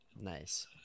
nice